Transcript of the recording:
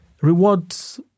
rewards